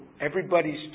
everybody's